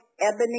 Ebony